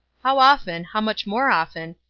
how often, how much more often,